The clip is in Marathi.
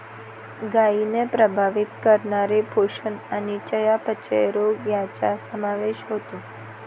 गायींना प्रभावित करणारे पोषण आणि चयापचय रोग यांचा समावेश होतो